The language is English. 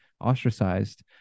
ostracized